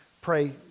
pray